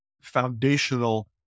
foundational